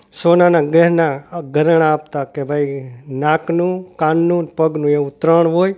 સોનાના ગહેના ઘરેણાં આપતા કે ભાઈ નાકનું કાનનું ને પગનું એવું ત્રણ હોય